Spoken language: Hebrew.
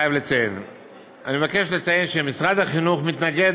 אני מבקש לציין שמשרד החינוך מתנגד